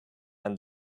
and